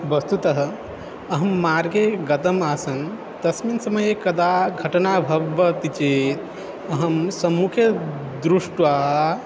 वस्तुतः अहं मार्गे गतम् आसन् तस्मिन् समये कदा घटना भवति चेत् अहं सम्मुखे दृष्ट्वा